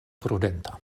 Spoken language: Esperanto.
prudenta